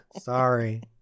Sorry